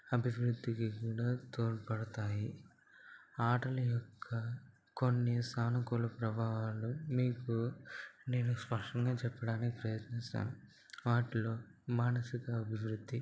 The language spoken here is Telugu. అభివృద్ధికి కూడా తోడ్పడతాయి ఆటల యొక్క కొన్ని సానుకూల ప్రభావాలు మీకు నేను స్పష్టంగా చెప్పడానికి ప్రయత్నిస్తాను వాటిలో మానసిక అభివృద్ధి